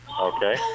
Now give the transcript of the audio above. Okay